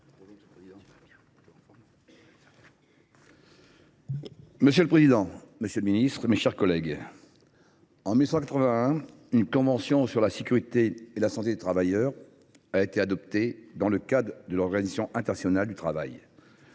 Monsieur le président, monsieur le ministre, mes chers collègues, en 1981, une convention sur la sécurité et la santé des travailleurs a été adoptée dans le cadre de l’Organisation internationale du travail.